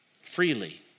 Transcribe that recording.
freely